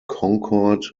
concord